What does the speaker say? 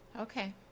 okay